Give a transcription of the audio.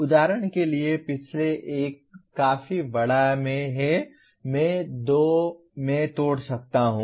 उदाहरण के लिए पिछले एक काफी बड़ा है मैं इसे दो में तोड़ सकता हूं